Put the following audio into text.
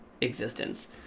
existence